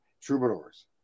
troubadours